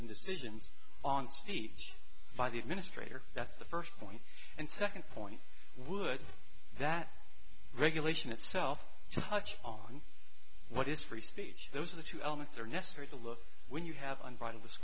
and decisions on speech by the administrator that's the first point and second point would that regulation itself touch on what is free speech those are the two elements that are necessary to look when you have unbridled